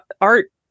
art